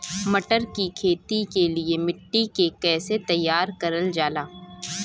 मटर की खेती के लिए मिट्टी के कैसे तैयार करल जाला?